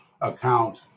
account